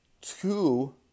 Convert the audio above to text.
two